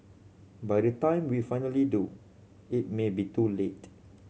by the time we finally do it may be too late